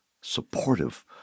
supportive